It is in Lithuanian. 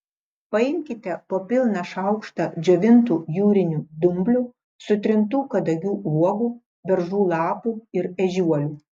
paimkite po pilną šaukštą džiovintų jūrinių dumblių sutrintų kadagių uogų beržų lapų ir ežiuolių